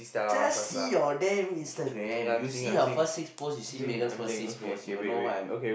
just see your name instagram you see her first six post you see Megan first six post you will know what I'm